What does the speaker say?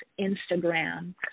Instagram